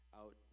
out